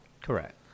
Correct